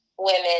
women